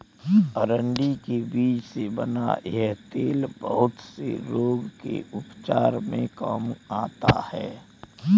अरंडी के बीज से बना यह तेल बहुत से रोग के उपचार में काम आता है